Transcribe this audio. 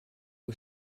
que